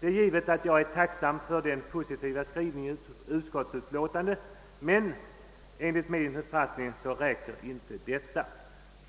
Jag är naturligtvis tacksam för den positiva skrivningen i utskottsutlåtandet, men enligt min uppfattning räcker inte detta.